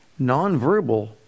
nonverbal